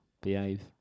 Behave